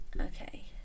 Okay